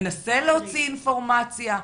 מנסה להוציא אינפורמציה,